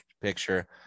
picture